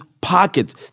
pockets